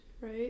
right